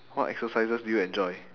what exercises do you enjoy